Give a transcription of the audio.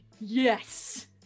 yes